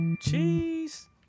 Cheese